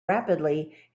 rapidly